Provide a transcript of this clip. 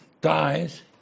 dies